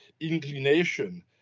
inclination